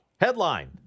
Headline